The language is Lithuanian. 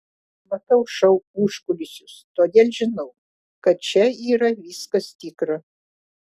matau šou užkulisius todėl žinau kad čia yra viskas tikra